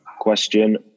Question